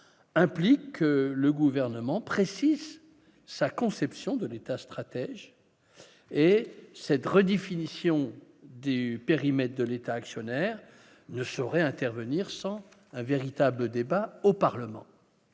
implique que le gouvernement précise sa conception de l'État stratège et cette redéfinition du périmètre de l'État actionnaire ne saurait intervenir sans un véritable débat au Parlement.